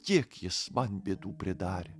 kiek jis man bėdų pridarė